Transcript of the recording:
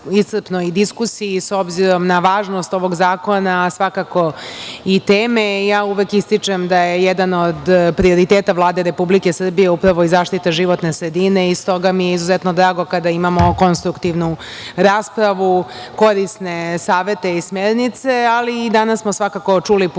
iscrpnoj diskusiji, s obzirom na važnost ovog zakona, svakako i teme, ja uvek ističem da je jedan od prioriteta Vlade Republike Srbije upravo i zaštita životne sredine i stoga mi je izuzetno drago kada imamo konstruktivnu raspravu, korisne savete i smernice. Danas smo svakako čuli puno